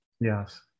Yes